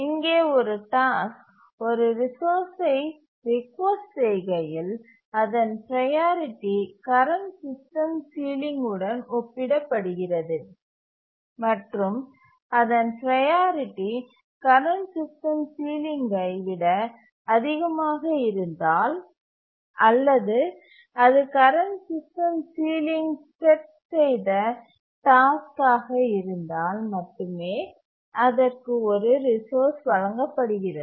இங்கே ஒரு டாஸ்க் ஒரு ரிசோர்ஸ்சை ரிக்வெஸ்ட் செய்கையில் அதன் ப்ரையாரிட்டி கரண்ட் சிஸ்டம் சீலிங் உடன் ஒப்பிடப்படுகிறது மற்றும் அதன் ப்ரையாரிட்டி கரண்ட் சிஸ்டம் சீலிங்யை விட அதிகமாக இருந்தால் அல்லது அது கரண்ட் சிஸ்டம் சீலிங் செட் செய்த டாஸ்க் ஆக இருந்தால் மட்டுமே அதற்கு ஒரு ரிசோர்ஸ் வழங்கப்படுகிறது